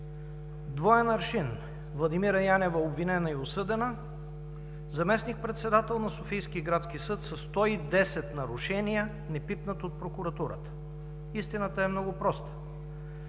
Двоен аршин. Владимира Янева обвинена и осъдена. Заместник-председател на Софийски градски съд със 110 нарушения, непипнат от прокуратурата. Истината е много проста.